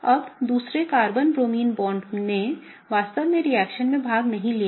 अब दूसरे carbon bromine bond ने वास्तव में रिएक्शन में भाग नहीं लिया